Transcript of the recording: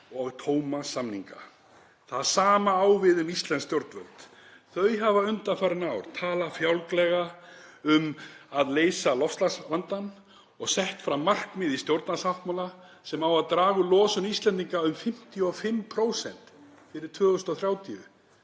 og tóma samninga. Það sama á við um íslensk stjórnvöld. Þau hafa undanfarin ár talað fjálglega um að leysa loftslagsvandann og sett fram markmið í stjórnarsáttmála sem á að draga úr losun Íslendinga um 55% fyrir 2030,